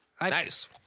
Nice